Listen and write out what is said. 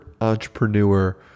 entrepreneur